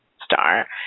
star